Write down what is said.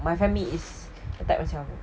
my family is a type macam